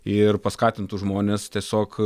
ir paskatintų žmones tiesiog